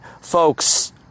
Folks